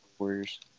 Warriors